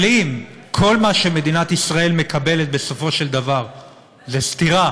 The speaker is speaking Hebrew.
אבל אם כל מה שמדינת ישראל מקבלת בסופו של דבר זה סטירה